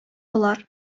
болар